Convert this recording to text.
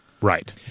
Right